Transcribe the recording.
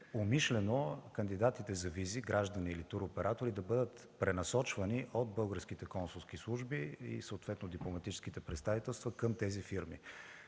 умишлено кандидатите за визи – граждани или туроператори, да бъдат пренасочвани от българските консулски служби и съответно дипломатическите представителства към тези фирми.